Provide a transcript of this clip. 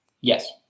Yes